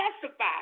testify